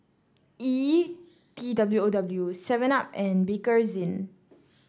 E T W O W Seven Up and Bakerzin